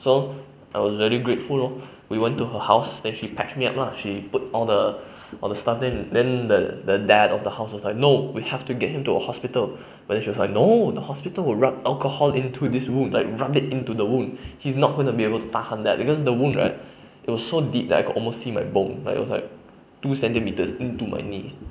so I was really grateful you know we went to her house then she patched me up ah she put all the all the stuff then the the dad of the house was like no we have to get him to a hospital but then she was like no the hospital will rub alchohol into this wound like rub it into the wound he's not going to be able to tahan that because the wound right it was deep that I could almost see my bone it was like two centimetres into my knee